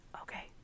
okay